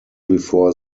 before